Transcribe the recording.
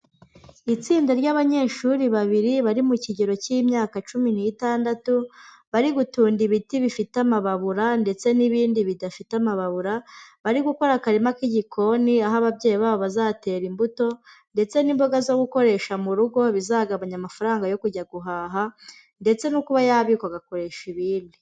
Itsinda ry'abanyeshuri babiri bari mu kigero cy'imyaka cumi n'itandatu bari gutunda ibiti bifite amababura ndetse n'ibindi bidafite amababura, bari gukora akarima k'igikoni aho ababyeyi babo bazatera imbuto ndetse n'imboga zo gukoresha mu rugo bizagabanya amafaranga yo kujya guhaha ndetse no kuba yabikwa agakoresha ibindi.